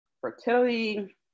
fertility